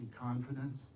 confidence